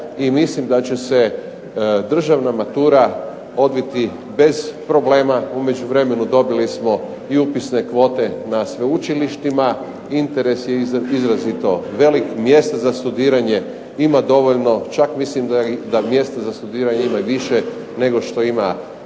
mislim da će se državna matura odviti bez problema. U međuvremenu dobili smo i upisne kvote na sveučilištima, interes je izrazito velik, mjesta za studiranje ima dovoljno. Čak mislim da mjesta za studiranje ima i više nego što ima